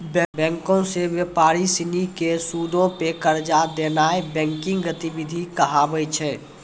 बैंको से व्यापारी सिनी के सूदो पे कर्जा देनाय बैंकिंग गतिविधि कहाबै छै